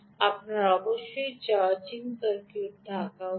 আপনার অবশ্যই charging circuit থাকা উচিত